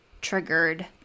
triggered